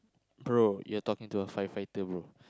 bro you're talking to a firefighter bro